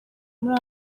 muri